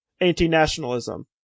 anti-nationalism